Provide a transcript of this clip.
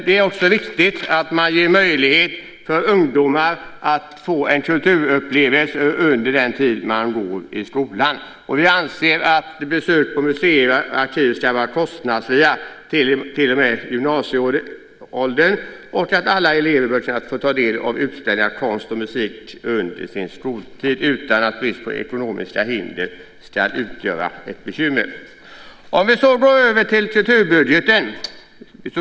Det är också viktigt att man ger möjligheter för ungdomar att få en kulturupplevelse under den tid som de går i skolan. Vi anser att besök på museer och arkiv ska vara kostnadsfria till och med gymnasieåldern och att alla elever ska kunna få ta del av utställningar, konst och musik under sin skoltid utan att ekonomin ska utgöra ett bekymmer. Därefter ska jag tala om kulturbudgeten.